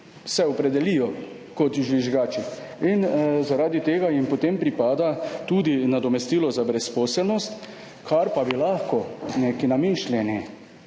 opredelijo kot žvižgači. Zaradi tega jim potem pripada tudi nadomestilo za brezposelnost. Bi se pa lahko nek namišljeni